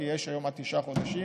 כי יש היום עד תשעה חודשים,